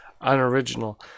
unoriginal